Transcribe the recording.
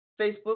Facebook